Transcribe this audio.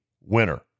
winner